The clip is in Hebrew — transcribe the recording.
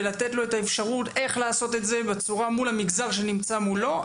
ולתת לו את האפשרות איך לעשות את זה מול המגזר שנמצא מולו,